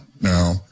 Now